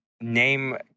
name